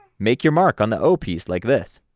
make your mark on the o piece like this.